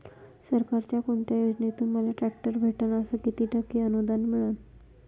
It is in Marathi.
सरकारच्या कोनत्या योजनेतून मले ट्रॅक्टर भेटन अस किती टक्के अनुदान मिळन?